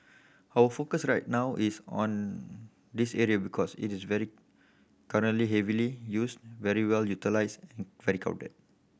our focus right now is on this area because it is very currently heavily used very well utilised very crowded